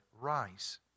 rise